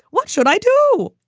what should i do?